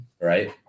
right